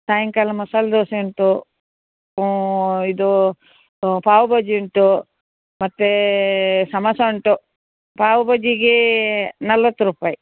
ಸಾಯಂಕಾಲ ಮಸಾಲೆ ದೋಸೆ ಉಂಟು ಇದು ಪಾವ್ ಬಾಜಿ ಉಂಟು ಮತ್ತು ಸಮೋಸ ಉಂಟು ಪಾವ್ ಬಾಜಿಗೇ ನಲ್ವತ್ತು ರೂಪಾಯಿ